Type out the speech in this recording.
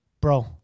bro